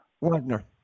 Wagner